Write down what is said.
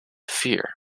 fear